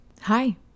Hi